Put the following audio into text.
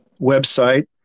website